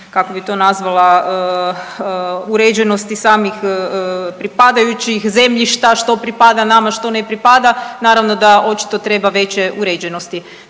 kako bih to nazvala uređenosti samih pripadajućih zemljišta što pripada nama, što ne pripada. Naravno da očito treba veće uređenosti.